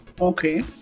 Okay